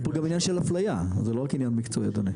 יש פה גם עניין של אפליה זה לא רק עניין מקצועי אדוני.